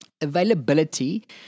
Availability